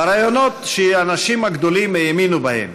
ברעיונות שהאנשים הגדולים האמינו בהם,